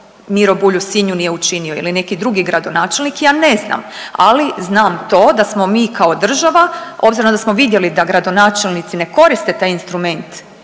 Miro Bulj u Sinju nije učinio ili neki drugi gradonačelnik ja ne znam, ali znam to da smo mi kao država obzirom da smo vidjeli da gradonačelnici ne koriste taj instrument